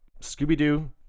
Scooby-Doo